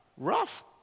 Rough